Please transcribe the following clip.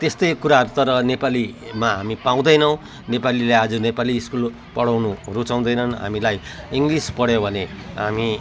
त्यस्तै कुराहरू तर नेपालीमा हामी पाउँदैनौँ नेपालीले आज नेपाली स्कुल पढाउनु रुचाउँदैनन् हामीलाई इङ्लिस पढ्यो भने हामी